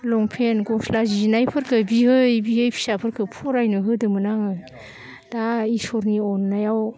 लंपेन्ट गस्ला जिनायफोरखो बियै बियै फिसाफोरखो फरायनो होदोंमोन आङो दा इसोरनि अननायाव